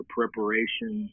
preparation